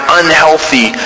unhealthy